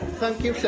thank you,